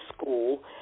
school